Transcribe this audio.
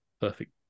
perfect